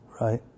right